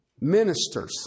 Ministers